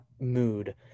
mood